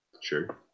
Sure